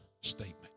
statement